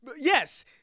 Yes